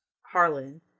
Harlan